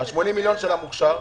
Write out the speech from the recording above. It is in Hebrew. ה-80 מיליון של המוכש"ר?